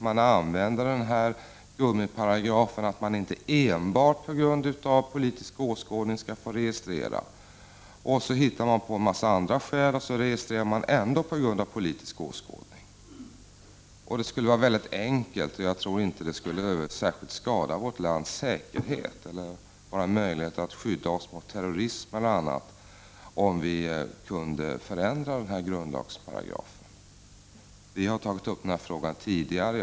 Man använder denna gummiparagraf, där det står att man inte får registrera människor enbart på grund av politisk åskådning, och så hittar man på en mängd andra skäl och registrerar dem ändå på grund av politisk åskådning. Det skulle vara enkelt, och jag tror inte att det skulle skada vårt lands säkerhet eller våra möjligheter att skydda oss mot bl.a. terrorism, att förändra denna grundlagsparagraf. Vi har tagit upp denna fråga tidigare.